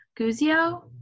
Guzio